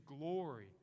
glory